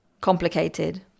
complicated